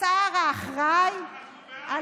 השר האחראי, אנחנו בעד.